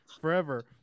forever